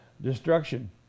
destruction